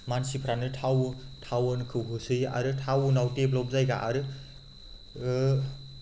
मानसिफ्रानो टावनखौ होसोयो आरो टाउनाव देभलप जायगा आरो